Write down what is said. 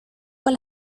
con